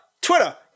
Twitter